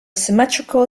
symmetrical